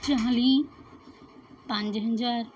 ਚਾਲ੍ਹੀ ਪੰਜ ਹਜ਼ਾਰ